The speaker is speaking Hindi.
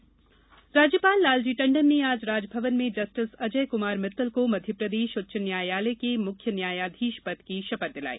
शपथ ग्रहण राज्यपाल लालजी टंडन ने आज राजभवन में जस्टिस अजय कुमार मित्तल को मध्यप्रदेश उच्च न्यायालय के मुख्य न्यायाधीश पद की शपथ दिलाई